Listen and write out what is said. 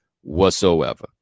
whatsoever